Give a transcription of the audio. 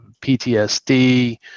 PTSD